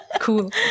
cool